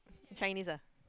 Chinese ah